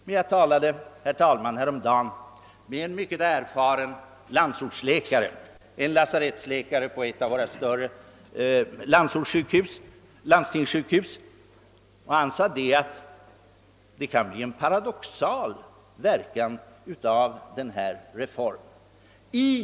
Häromdagen talade jag emellertid med en mycket erfaren landsortsläkare, som tjänstgör på ett av våra större landstingssjukhus, och han sade att verkan av denna reform kan bli paradoxal.